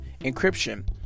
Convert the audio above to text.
encryption